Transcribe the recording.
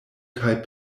kaj